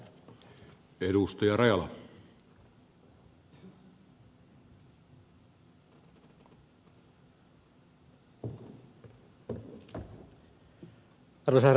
arvoisa herra puhemies